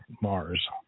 Mars